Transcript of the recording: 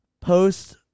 post